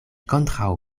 kontraŭ